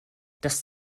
das